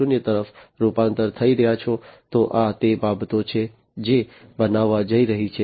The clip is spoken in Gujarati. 0 તરફ રૂપાંતરિત થઈ રહ્યા છો તો આ તે બાબતો છે જે બનવા જઈ રહી છે